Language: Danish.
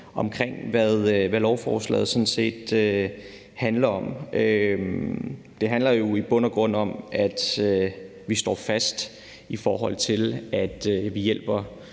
fortalt, hvad lovforslaget handler om. Det handler jo i bund og grund om, at vi står fast, i forhold til at vi hjælper